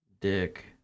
dick